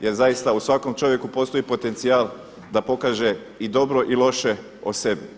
Jer zaista u svakom čovjeku postoji potencijal da pokaže i dobro i loše o sebi.